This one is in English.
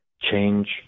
Change